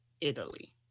Italy